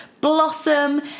blossom